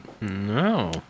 no